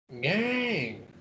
gang